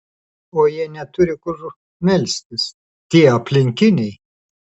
o jie neturi kur melstis tie aplinkiniai